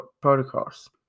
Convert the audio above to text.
protocols